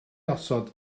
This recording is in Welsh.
osod